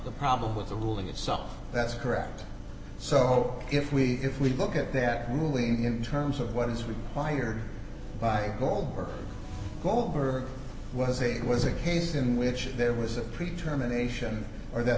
the problem with the ruling itself that's correct so if we if we look at that ruling in terms of what is required by law or goldberg was a it was a case in which there was a pre term a nation or that